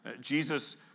Jesus